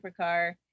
supercar